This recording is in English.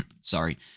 sorry